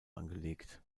angelegt